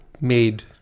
made